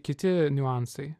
kiti niuansai